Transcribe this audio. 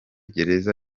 gereza